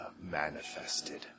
manifested